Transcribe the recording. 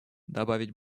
добавить